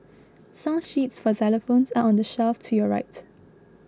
song sheets for xylophones are on the shelf to your right